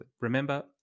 Remember